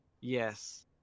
Yes